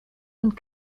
und